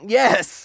yes